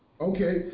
Okay